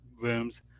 rooms